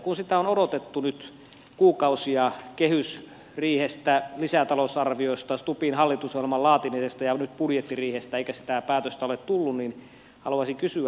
kun sitä on odotettu nyt kuukausia kehysriihestä lisätalousarviosta stubbin hallitusohjelman laatimisesta ja nyt budjettiriihestä eikä sitä päätöstä ole tullut niin haluaisin kysyä